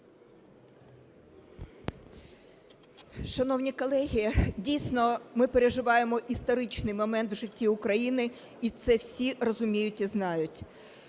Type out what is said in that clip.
Шановні колеги, дійсно, ми переживаємо історичний момент в житті України, і це всі розуміють і знають.